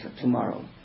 tomorrow